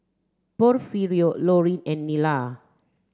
Porfirio Loreen and Nila